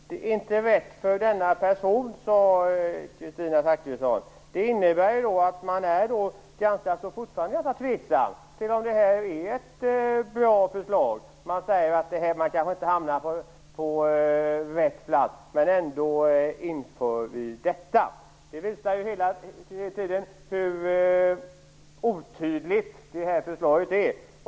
Fru talman! Det är inte rätt för denna person, sade Kristina Zakrisson. Det innebär att hon fortfarande är ganska tveksam till om detta är ett bra förslag. Hon säger att en person kanske inte hamnar på rätt plats, men att detta ändå skall införas. Det visar hur otydligt förslaget är.